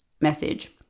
message